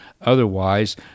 Otherwise